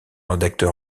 rédacteur